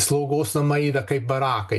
slaugos namai yra kaip barakai